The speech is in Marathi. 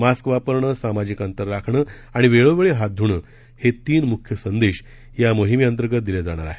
मास्क वापरणं सामाजिक अंतर राखणं आणि वेळोवेळी हात ध्णं हे तीन म्ख्य संदेश या मोहिमेअंतर्गत दिले जाणार आहेत